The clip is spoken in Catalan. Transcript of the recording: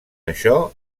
això